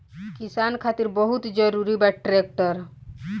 किसान खातिर बहुत जरूरी बा ट्रैक्टर